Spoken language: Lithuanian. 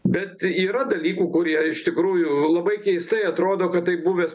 bet yra dalykų kurie iš tikrųjų labai keistai atrodo kad tai buvęs